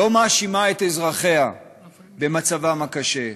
לא מאשימה את אזרחיה במצבם הקשה,